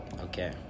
okay